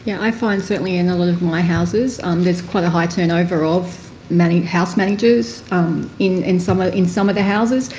yeah i find certainly in a lot of my houses um there's quite a high turnover of house managers in in some ah in some of the houses.